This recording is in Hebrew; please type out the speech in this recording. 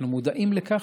אנחנו מודעים לכך,